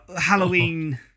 Halloween